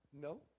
No